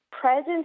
presence